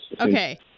Okay